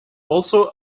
also